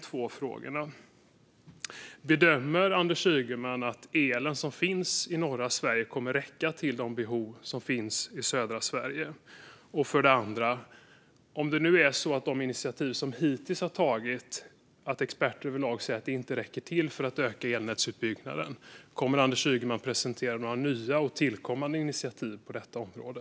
För det första: Bedömer Anders Ygeman att elen som finns i norra Sverige kommer att räcka till de behov som finns i södra Sverige? För det andra: Om det nu är så att experter överlag säger att de initiativ som hittills har tagits inte räcker till för att öka elnätsutbyggnaden, kommer Anders Ygeman att presentera några nya tillkommande initiativ på detta område?